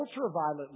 Ultraviolet